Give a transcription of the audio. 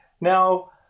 now